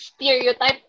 stereotype